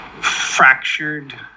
fractured